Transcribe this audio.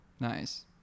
Nice